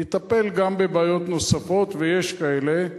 יטפל גם בבעיות נוספות, ויש כאלה.